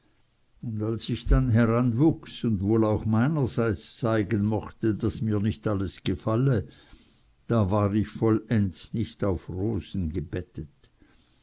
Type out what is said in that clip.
und als ich dann heranwuchs und wohl auch meinerseits zeigen mochte daß mir nicht alles gefalle da war ich vollends nicht auf rosen gebettet